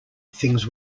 things